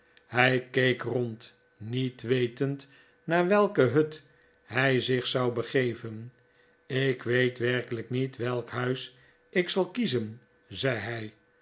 hij keek rond niet wetend naar welke hut hij zich zou begeven ik weet werkelijk niet welk huis ik zal kiezen zei hij